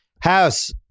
House